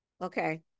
Okay